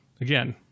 Again